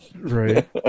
Right